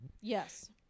Yes